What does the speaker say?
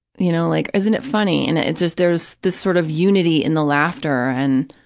you know, like, isn't it funny, and it just, there's this sort of unity in the laughter and,